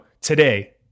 today